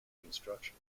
construction